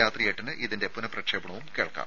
രാത്രി എട്ടിന് ഇതിന്റെ പുനപ്രക്ഷേപണവും കേൾക്കാം